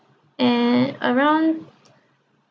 and around